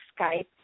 Skype